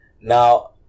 Now